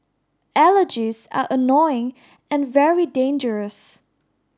allergies are annoying and very dangerous